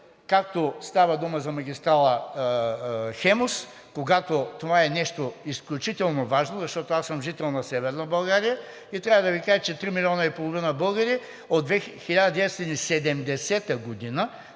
както стана дума, за магистрала „Хемус“, когато това е нещо изключително важно, защото аз съм жител на Северна България и трябва да Ви кажа, че 3,5 милиона българи от 1970 г.